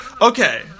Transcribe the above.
Okay